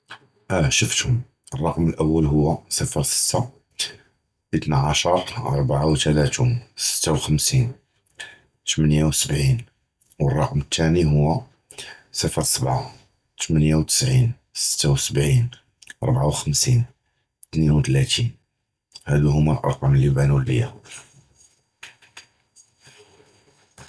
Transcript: עַנְדִי רוֹטִינִי הַחָאס בְּחַלִי בְּחָאל אִי וַחְד, עָדָה כּנְפִיק עַל סְבַעָה דִיַּאל בֹּּצְח, פְּתוּר דִיַּאלִי כִּיְּקוּן תְּקְרִיבָאן עַל תְמְנִיָּה, הַגְּדָא כּנְחַאוּל נָאכְלוּ עַל הַוְדָה בְּאַחַד הַאָפְטַאר, אִמָא הָעַשַּׁאא פַּגָּאדִי בְּלַאק יְקוּן עַל תְמְנִיָּה דִיַּאל הַלַיְל, וּבַעְדָהָ כּנְקוּן מְסְתַעִד בַּשּׁ נְמְשִי נִנְעַס מַעַ הַחְדַאש דִיַּאל הַלַיְל, הַדָּא רוֹטִינִי כִּיַּסְעַדְנִי וְיְקוּן מוּנַזַמ.